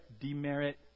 demerit